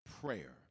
Prayer